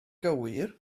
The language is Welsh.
gywir